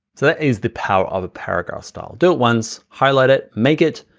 that is the power of a paragraph style, do it once, highlight it, make it,